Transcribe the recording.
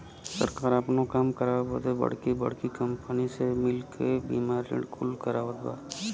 सरकार आपनो काम करावे बदे बड़की बड़्की कंपनीअन से मिल क बीमा ऋण कुल करवावत बा